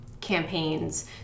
campaigns